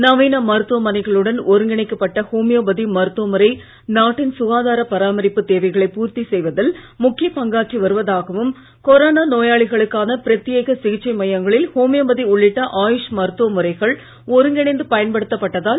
நவீன மருத்துவமனைகளுடன் ஒருங்கிணைக்கப்பட்ட ஓமியோபதி மருத்துவமுறை நாட்டின் சுகாதாரப் பராமரிப்பு தேவைகளை பூர்த்தி செய்வதில் முக்கிய பங்காற்றி வருவதாகவும் கொரோனா நோயாளிகளுக்கான பிரத்யேக சிகிச்சை மையங்களில் ஒமியோபதி உள்ளிட்ட ஆயுஷ் மருத்துவமுறைகள் ஒருங்கிணைந்து நல்ல பலன் தெரிவித்தார்